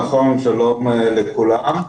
שלום לכולם.